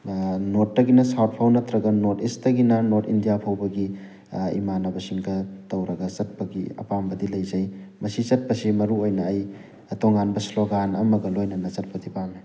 ꯅꯣꯔꯠꯇꯒꯤꯅ south ꯐꯥꯎ ꯅꯠꯇ꯭ꯔꯒ north ꯏꯁꯠꯇꯒꯤꯅ ꯅꯣꯔꯠ ꯏꯟꯗꯤꯌꯥ ꯐꯥꯎꯕꯒꯤ ꯏꯃꯥꯟꯅꯕ ꯁꯤꯡꯒ ꯇꯧꯔꯒ ꯆꯠꯄꯒꯤ ꯑꯄꯥꯝꯕꯗꯤ ꯂꯩꯖꯩ ꯃꯁꯤ ꯆꯠꯄꯁꯤ ꯃꯔꯨ ꯑꯣꯏꯅ ꯑꯩ ꯇꯣꯉꯥꯟꯕ ꯏ꯭ꯁꯂꯣꯒꯥꯟ ꯑꯃꯒ ꯂꯣꯏꯅꯅ ꯆꯠꯄꯗꯤ ꯄꯥꯝꯃꯤ